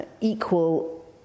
equal